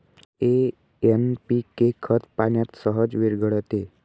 NPK खत पाण्यात सहज विरघळते